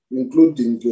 including